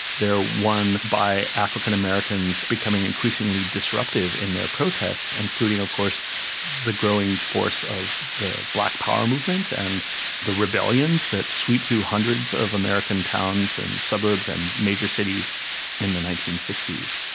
they're won by african americans becoming increasingly disruptive in their protests, including of course the growing force of the black power movement and the rebellions that sweep through hundreds of american towns and suburbs and major cities in the nineteen sixty s.